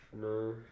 No